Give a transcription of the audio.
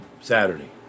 Saturday